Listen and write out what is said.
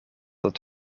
het